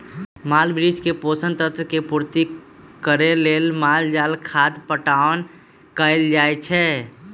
गाछ वृक्ष के पोषक तत्व के पूर्ति करे लेल माल जाल खाद पटाओन कएल जाए छै